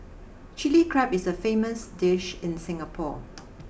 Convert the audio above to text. Chilli Crab is a famous dish in Singapore